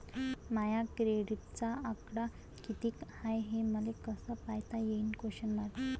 माया क्रेडिटचा आकडा कितीक हाय हे मले कस पायता येईन?